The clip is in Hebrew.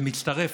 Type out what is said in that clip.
זה מצטרף,